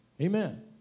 Amen